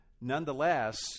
Nonetheless